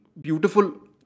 beautiful